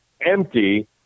empty